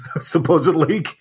supposedly